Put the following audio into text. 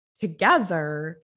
together